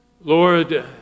Lord